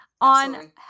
on